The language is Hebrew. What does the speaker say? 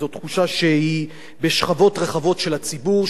וזאת תחושה שהיא בשכבות רחבות של הציבור,